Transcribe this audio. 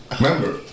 Remember